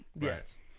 Yes